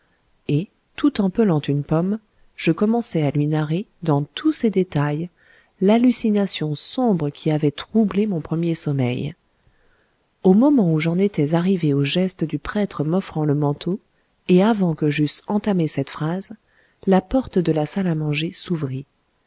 et tout en pelant une pomme je commençai à lui narrer dans tous ses détails l'hallucination sombre qui avait troublé mon premier sommeil au moment où j'en étais arrivé au geste du prêtre m'offrant le manteau et avant que j'eusse entamé cette phrase la porte de la salle à manger s'ouvrit